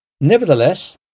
Nevertheless